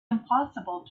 impossible